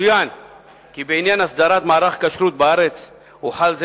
יצוין כי בעניין הסדרת מערך הכשרות בארץ הוחל זה